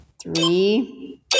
three